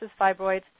fibroids